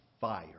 fire